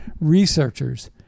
researchers